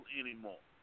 anymore